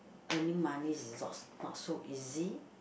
earning money is no~ not so easy